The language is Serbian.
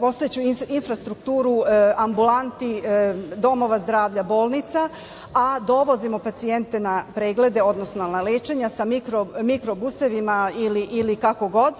postojeću infrastrukturu ambulanti, domova zdravlja, bolnica, a dovozimo pacijente na preglede, odnosno na lečenja sa mikrobusevima ili kako god.